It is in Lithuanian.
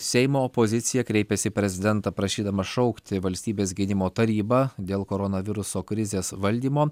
seimo opozicija kreipėsi į prezidentą prašydama šaukti valstybės gynimo tarybą dėl koronaviruso krizės valdymo